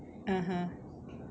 (uh huh)